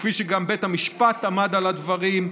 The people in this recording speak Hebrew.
וכפי שגם בית המשפט עמד על הדברים,